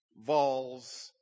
Vols